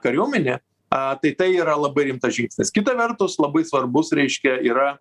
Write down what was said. kariuomenė a tai tai yra labai rimtas žingsnis kita vertus labai svarbus reiškia yra